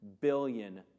billion